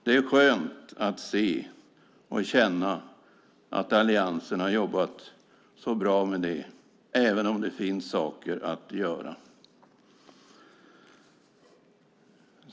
Det är skönt att se och känna att alliansen har jobbat så bra med det, även om det finns saker kvar att göra.